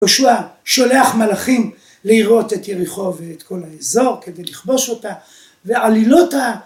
יהושע שולח מלאכים לראות את יריחו ‫ואת כל האזור כדי לכבוש אותה, ‫ועלילות ה...